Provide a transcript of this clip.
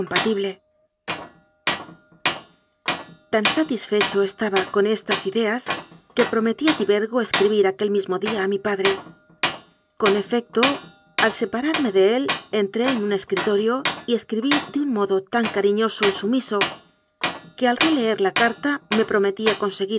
tan satisfecho estaba con estas ideas que pro metí a tibergo escribir aquel mismo día a mi pa dre con efecto al separarme de él entré en un es critorio y escribí de un modo tan cariñoso y su miso que al releer la carta me prometía